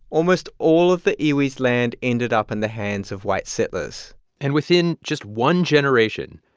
almost all of the iwi's land ended up in the hands of white settlers and within just one generation,